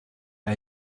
are